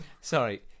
sorry